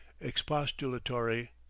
expostulatory